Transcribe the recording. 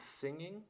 singing